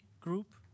group